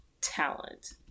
talent